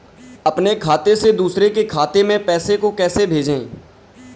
अपने खाते से दूसरे के खाते में पैसे को कैसे भेजे?